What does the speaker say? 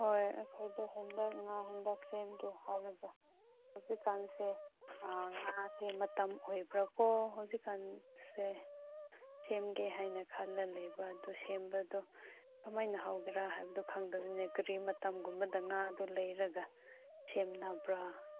ꯍꯣꯏ ꯑꯩꯈꯣꯏꯗꯨ ꯍꯦꯟꯇꯥꯛ ꯉꯥ ꯍꯦꯟꯇꯥꯛ ꯁꯦꯝꯒꯦ ꯍꯥꯏꯔꯒ ꯍꯧꯖꯤꯛ ꯀꯥꯟꯁꯦ ꯉꯥꯁꯦ ꯃꯇꯝ ꯑꯣꯏꯕ꯭ꯔꯥꯀꯣ ꯍꯧꯖꯤꯛ ꯀꯥꯟꯁꯦ ꯁꯦꯝꯒꯦ ꯍꯥꯏꯅ ꯈꯜꯂ ꯂꯩꯕ ꯑꯗꯨ ꯁꯦꯝꯕꯗꯣ ꯀꯃꯥꯏꯅ ꯍꯧꯒꯦꯔꯥ ꯍꯥꯏꯕꯗꯨ ꯈꯪꯗꯕꯅꯤꯅ ꯀꯔꯤ ꯃꯇꯝꯒꯨꯝꯕꯗ ꯉꯥꯗꯨ ꯂꯩꯔꯒ ꯁꯦꯝꯅꯕ꯭ꯔꯥ